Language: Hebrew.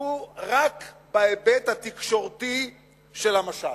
עסקו רק בהיבט התקשורתי של המשט.